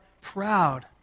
proud